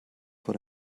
vor